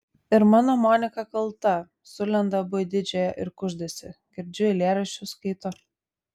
ir mano monika kalta sulenda abu į didžiąją ir kuždasi girdžiu eilėraščius skaito